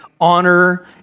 honor